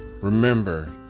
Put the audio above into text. Remember